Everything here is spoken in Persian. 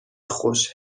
خوش